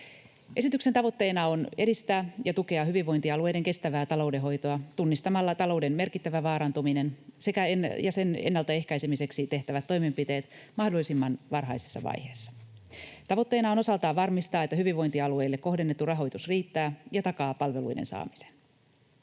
Esityksen tavoitteena on edistää ja tukea hyvinvointialueiden kestävää taloudenhoitoa tunnistamalla talouden merkittävä vaarantuminen ja sen ennalta ehkäisemiseksi tehtävät toimenpiteet mahdollisimman varhaisessa vaiheessa. Tavoitteena on osaltaan varmistaa, että hyvinvointialueille kohdennettu rahoitus riittää ja takaa palveluiden saamisen.